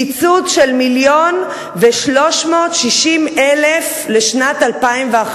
קיצוץ של מיליון ו-360 אלף לשנת 2011,